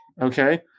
Okay